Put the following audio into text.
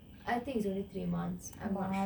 I think it's only three months I'm not sure